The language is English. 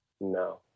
no